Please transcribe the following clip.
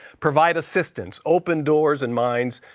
provide assistance, open doors and minds,